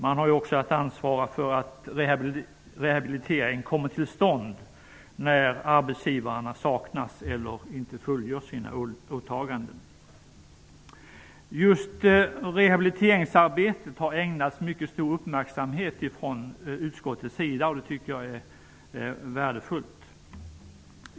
Försäkringskassorna ansvarar också för att rehabilitering kommer till stånd om arbetsgivarna saknar åtaganden eller inte fullgör sina åtaganden. Just rehabiliteringsarbetet har ägnats mycket stor uppmärksamhet från utskottets sida; det är värdefullt.